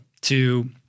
to-